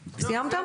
סיימת?